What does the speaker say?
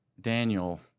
Daniel